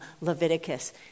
Leviticus